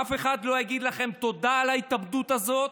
אף אחד לא יגיד לכם תודה על ההתאבדות הזאת,